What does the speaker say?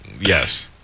Yes